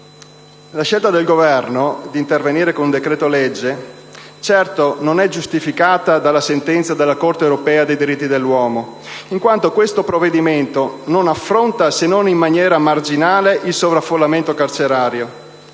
La scelta del Governo di intervenire con decreto-legge certo non è giustificata dalla sentenza della Corte europea dei diritti dell'uomo in quanto questo provvedimento non affronta, se non in maniera marginale, il sovraffollamento carcerario.